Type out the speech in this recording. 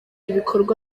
ibikorwa